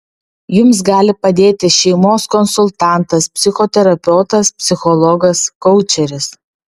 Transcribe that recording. jums gali padėti šeimos konsultantas psichoterapeutas psichologas koučeris